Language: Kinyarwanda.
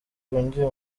bahungiye